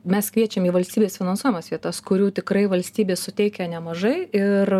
mes kviečiam į valstybės finansuojamas vietas kurių tikrai valstybė suteikia nemažai ir